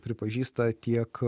pripažįsta tiek